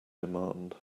demand